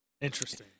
Interesting